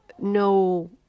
no